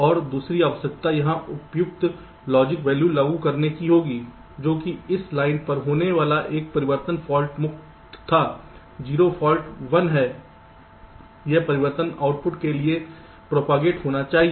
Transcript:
और दूसरी आवश्यकता यहां उपयुक्त लॉजिक वैल्यू लागू करने की होगी जो कि इस लाइन पर होने वाला यह परिवर्तन फाल्ट मुक्त था 0 फाल्ट 1 है यह परिवर्तन आउटपुट के लिए प्रचारित होना चाहिए